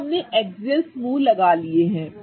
तो अब हमने एक्सियल समूह लगा लिए हैं